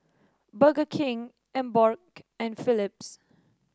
Burger King Emborg and Philips